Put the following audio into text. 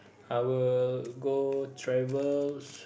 I will go travel